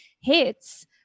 hits –